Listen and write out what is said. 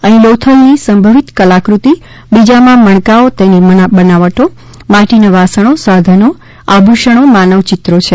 અહીં લોથલની સંભવિત કલાકૃતિ બીજામાં મણકાઓ તેની બનાવટો માટીના વાસણો સાધનો આભૂષણો માનવચિત્રો છે